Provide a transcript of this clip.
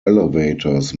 elevators